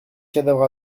cadavre